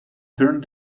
turned